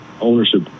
ownership